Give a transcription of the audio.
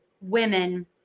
women